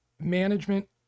management